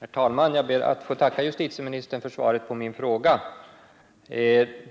Herr talman! Jag ber att få tacka justitieministern för svaret på min fråga.